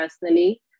personally